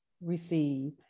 receive